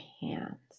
hands